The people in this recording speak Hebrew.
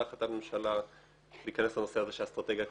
החלטת ממשלה להיכנס לנושא הזה של האסטרטגיה כלכלית-חברתית.